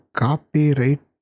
copyright